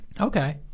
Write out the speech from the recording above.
Okay